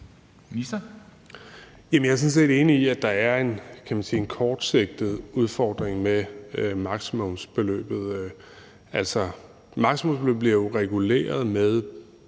jeg er sådan set enig i, at der er en, kan man sige kortsigtet udfordring med maksimumsbeløbet. Altså, maksimumsbeløbet bliver jo reguleret med